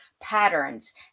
patterns